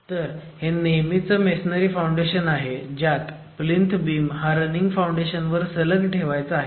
तर हे नेहमीचं मेसोनारी फाउंडेशन आहे ज्यात प्लीन्थ बीम हा रनिंग फाउंडेशन वर सलग ठेवायचा आहे